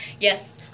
yes